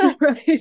Right